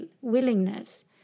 willingness